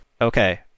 Okay